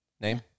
name